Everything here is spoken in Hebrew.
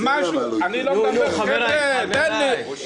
תן לי.